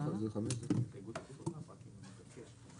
לא בבעלי רישיונות אז עשינו התאמה.